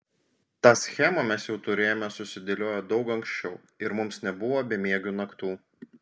tą schemą mes jau turėjome susidėlioję daug ankščiau ir mums nebuvo bemiegių naktų